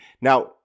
Now